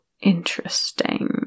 interesting